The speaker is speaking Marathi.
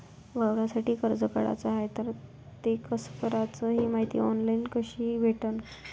वावरासाठी कर्ज काढाचं हाय तर ते कस कराच ही मायती ऑनलाईन कसी भेटन?